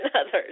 others